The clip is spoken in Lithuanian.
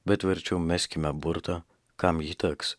bet verčiau meskime burtą kam ji teks